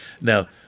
Now